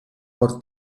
por